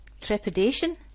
trepidation